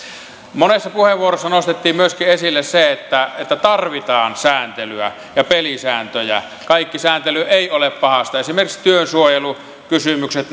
monessa puheenvuorossa nostettiin esille myöskin se että tarvitaan sääntelyä ja pelisääntöjä kaikki sääntely ei ole pahasta esimerkiksi työsuojelukysymykset